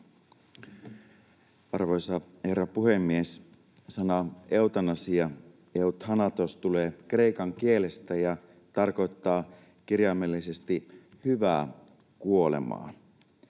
Arvoisa herra puhemies! Sana eutanasia, euthanatos, tulee kreikan kielestä ja tarkoittaa kirjaimellisesti hyvää kuolemaa.